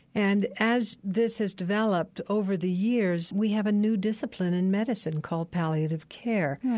and as this has developed over the years, we have a new discipline in medicine called palliative care,